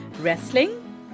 wrestling